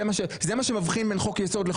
זה מה שמבחין בין חוק יסוד לחוק רגיל.